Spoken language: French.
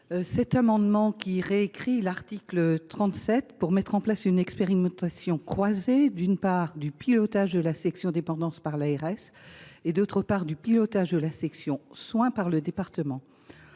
Cet amendement tend à réécrire l’article 37 pour mettre en place une expérimentation croisée, d’une part du pilotage de la section dépendance par les ARS, d’autre part du pilotage de la section soins par les départements.